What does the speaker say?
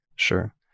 Sure